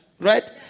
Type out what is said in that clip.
right